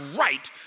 right